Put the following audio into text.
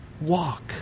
walk